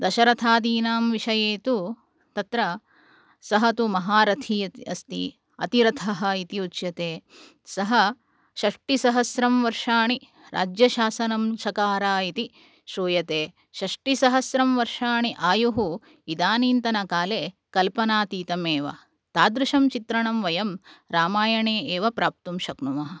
दशरथादीनां विषये तु तत्र सः तु महारथी अस्ति अतिरथः इति उच्यते सः षष्टिसहस्रं वर्षाणि राज्यशासनं चकार इति श्रूयते षष्टिसहस्रं वर्षाणि आयुः इदानीन्तनकाले कल्पनातीतमेव तादृशं चित्रणं वयं रामायणे एव प्राप्तुं शक्नुमः